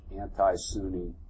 anti-Sunni